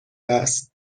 است